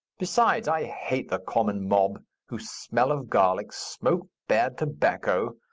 besides, i hate the common mob, who smell of garlic, smoke bad tobacco,